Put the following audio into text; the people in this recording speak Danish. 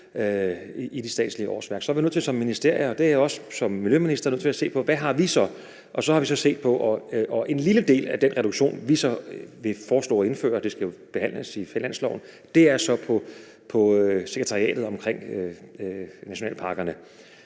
i de statslige årsværk, så er vi nødt til som ministerier, og det er jeg også som miljøminister, at se på, hvad vi så har. Det har vi så set på, og en lille del af den reduktion, vi vil foreslå at indføre, og som jo skal behandles i forbindelse med finansloven, er så på sekretariatet omkring nationalparkerne.